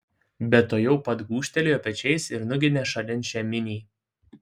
bet tuojau pat gūžtelėjo pečiais ir nuginė šalin šią minį